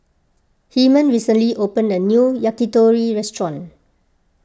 Hyman recently opened a new Yakitori restaurant